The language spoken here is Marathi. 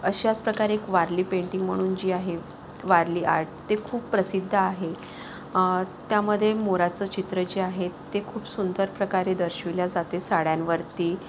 अशाच प्रकारे एक वारली पेंटिंग म्हणून जी आहे वारली आर्ट ते खूप प्रसिद्ध आहे त्यामध्ये मोराचे चित्र जे आहे ते खूप सुंदर प्रकारे दर्शविले जाते साड्यांवरती